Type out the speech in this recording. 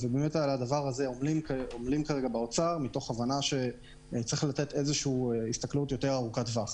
על הדבר הזה עמלים כעת באוצר מתוך הבנה שיש לראות הסתכלות ארוכת טווח.